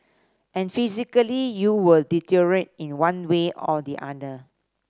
and physically you will deteriorate in one way or the other